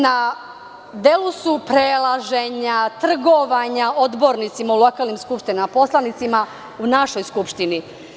Na delu su prelaženja, trgovanja odbornicima u lokalnim skupštinama, poslanicima u našoj Skupštini.